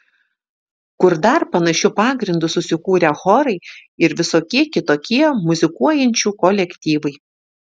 kur dar panašiu pagrindu susikūrę chorai ir visokie kitokie muzikuojančių kolektyvai